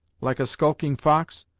like a skulking fox,